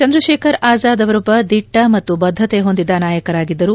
ಚಂದ್ರಶೇಖರ್ ಆಜಾದ್ ಅವರೊಬ್ಬ ದಿಟ್ಟ ಮತ್ತು ಬದ್ದತೆ ಹೊಂದಿದ್ದ ನಾಯಕರಾಗಿದ್ದರು